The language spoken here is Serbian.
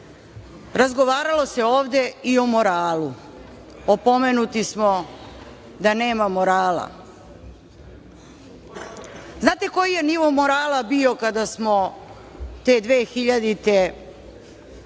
razgovaralo se ovde i o moralu. Opomenuti smo da nema morala. Znate koji je nivo morala bio kada smo te 2000.